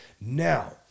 Now